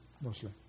mostly